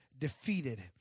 defeated